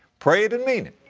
pray it and mean it.